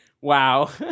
wow